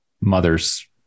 mother's